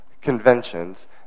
conventions